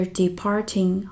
departing